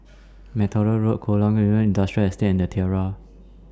MacTaggart Road Kolam Ayer Industrial Estate and The Tiara